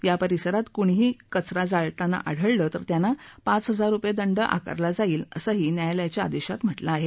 या परिसरात कुणीही कचरा जळताना आढळलं तर त्यांना पाच हजार रुपये दंड आकारण्यात येईल असंही न्यायालयाच्या आदेशात म्हटलं आहे